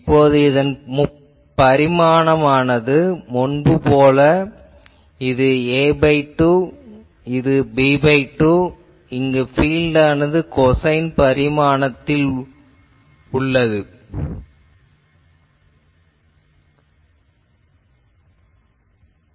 இப்போது இந்த பரிமாணமானது முன்பு போல இது a2 இது b2 இங்கு பீல்ட் ஆனது கொசைன் பரிமாணத்தில் வேறுபடுகிறது